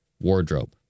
wardrobe